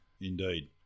Indeed